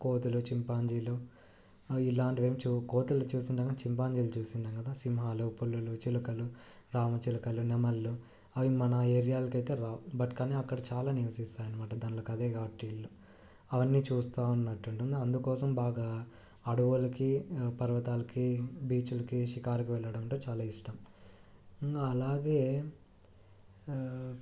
కోతులు చింపాంజీలు ఇలాంటివి ఏం కోతులని చూసి ఉంటాము కానీ చింపాంజీలు చూసి ఉండము కదా సింహాలు పులులు చిలుకలు రామచిలుకలు నెమలులు అవి మన ఏరియాలకి అయితే రావు బట్ కానీ అక్కడ చాలా నివసిస్తాయి అన్నమాట దాంట్లోకి అదే కాబట్టి ఇల్లు అవన్నీ చూస్తూ ఉన్నట్టుంటుంది అందుకోసం బాగా అడవులకి పర్వతాలకి బీచ్లకి షికార్కి వెళ్ళడం అంటే చాలా ఇష్టం ఇంకా అలాగే